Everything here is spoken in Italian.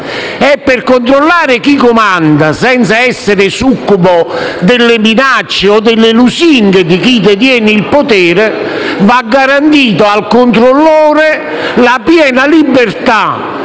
e per controllare chi comanda senza essere succubo delle minacce o delle lusinghe di chi detiene il potere, va garantita al controllore la piena libertà